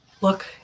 Look